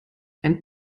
ein